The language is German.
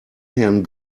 herrn